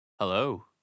hello